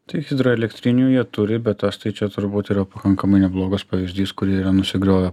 tai hidroelektrinių jie turi bet tas tai čia turbūt yra pakankamai neblogas pavyzdys kur jie yra nusigriovę